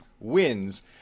wins